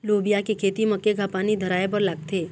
लोबिया के खेती म केघा पानी धराएबर लागथे?